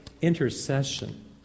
intercession